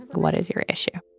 what is your issue?